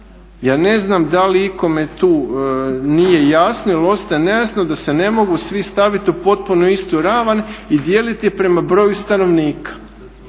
ja ne znam da li ikome tu nije jasno jer ostaje nejasno da se ne mogu svi staviti u potpuno istu ravan i dijeliti prema broju stanovnika.